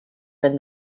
when